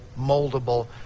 moldable